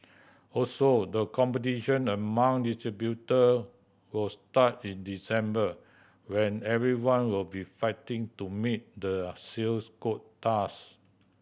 also the competition among distributor will start in December when everyone will be fighting to meet their sales quotas